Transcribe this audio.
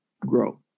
grow